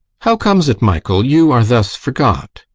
how comes it, michael, you are thus forgot?